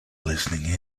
listening